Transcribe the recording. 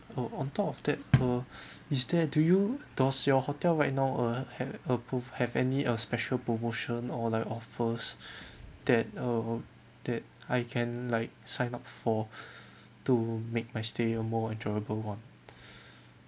uh on top of that uh is there do you does your hotel right now uh ha~ approve have any uh special promotion or like offers that uh that I can like sign up for to make my stay a more enjoyable one